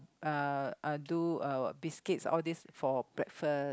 uh uh do uh what biscuit all these for breakfast